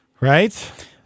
Right